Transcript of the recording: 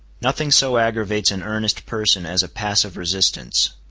nothing so aggravates an earnest person as a passive resistance.